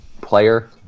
player